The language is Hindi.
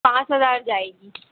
पाँच हज़ार जाएगी